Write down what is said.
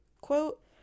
quote